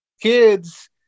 kids